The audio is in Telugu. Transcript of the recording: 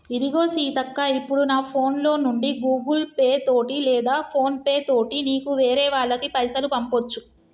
ఇదిగో సీతక్క ఇప్పుడు నా ఫోన్ లో నుండి గూగుల్ పే తోటి లేదా ఫోన్ పే తోటి నీకు వేరే వాళ్ళకి పైసలు పంపొచ్చు